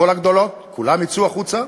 כל הגדולות, כולם יצאו החוצה.